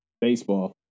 Baseball